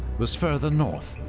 was further north,